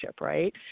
right